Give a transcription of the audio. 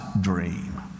dream